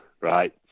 Right